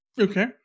Okay